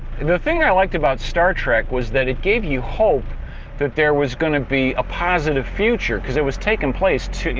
the thing i liked about star trek was that it gave you hope that there was going to be a positive future. because it was taking place, you